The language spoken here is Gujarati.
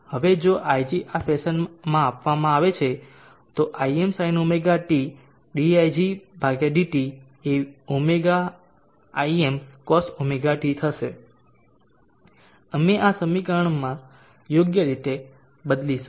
હવે જો ig આ ફેશનમાં આપવામાં આવે છે તો Imsinωt digdt એ ωImcosωt થશે અમે આ સમીકરણને યોગ્ય રીતે બદલીશું